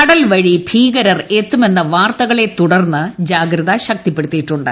കടൽ വഴി ഭീകരർ എത്തുമെന്ന വാർത്തകളെ തുടർന്ന് ജാഗ്രത ശക്തിപ്പെടുത്തിയിട്ടുണ്ട്